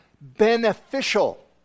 beneficial